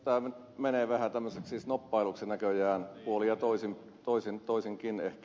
tämä menee vähän tällaiseksi snobbailuksi näköjään puolin ja toisinkin ehkä